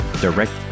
direct